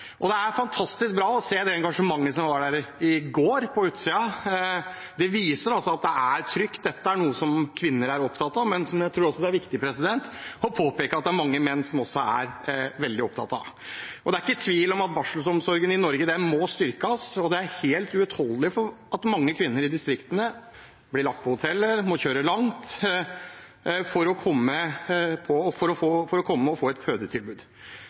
Det var fantastisk bra å se det engasjementet som var på utsiden her i går. Det viser at det er trykk. Dette er noe som kvinner er opptatt av, men jeg tror også det er viktig å påpeke at det er mange menn som også er veldig opptatt av det. Det er ikke tvil om at barselomsorgen i Norge må styrkes. Det er helt uutholdelig at mange kvinner i distriktene blir lagt på hoteller eller må kjøre langt for å komme til et fødetilbud. Sånn kan vi rett og